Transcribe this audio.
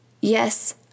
yes